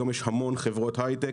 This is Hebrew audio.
היום יש המון חברות הייטק